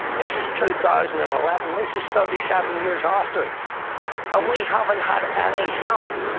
this is two thousand and eleven, this is thirty seven years after it and we haven't had any help.